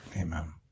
Amen